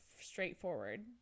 straightforward